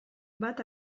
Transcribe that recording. bat